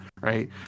Right